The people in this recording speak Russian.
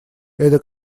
эта